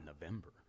November